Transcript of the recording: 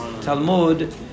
Talmud